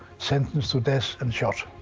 sentenced to death and shot.